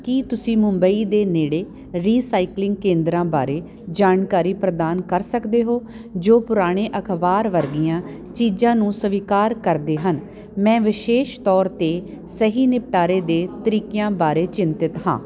ਕੀ ਤੁਸੀਂ ਮੁੰਬਈ ਦੇ ਨੇੜੇ ਰੀਸਾਈਕਲਿੰਗ ਕੇਂਦਰਾਂ ਬਾਰੇ ਜਾਣਕਾਰੀ ਪ੍ਰਦਾਨ ਕਰ ਸਕਦੇ ਹੋ ਜੋ ਪੁਰਾਣੇ ਅਖ਼ਬਾਰ ਵਰਗੀਆਂ ਚੀਜ਼ਾਂ ਨੂੰ ਸਵੀਕਾਰ ਕਰਦੇ ਹਨ ਮੈਂ ਵਿਸ਼ੇਸ਼ ਤੌਰ 'ਤੇ ਸਹੀ ਨਿਪਟਾਰੇ ਦੇ ਤਰੀਕਿਆਂ ਬਾਰੇ ਚਿੰਤਤ ਹਾਂ